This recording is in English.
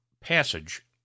PASSAGE